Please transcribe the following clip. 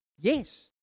Yes